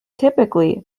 typically